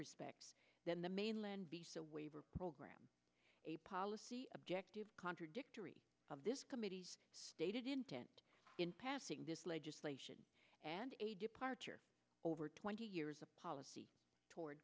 respects than the mainland bisa waiver program a policy objective contradictory of this committee's stated intent in passing this legislation and a departure over twenty years of policy